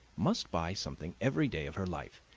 must buy something every day of her life.